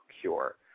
Cure